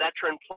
veteran